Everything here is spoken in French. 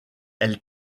elle